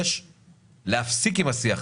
אבל יש כאלה בעולם